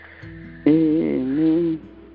Amen